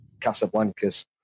Casablanca's